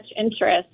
interest